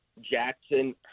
Jackson